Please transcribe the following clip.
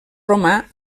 romà